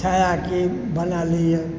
छायाके बना लैए